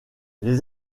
les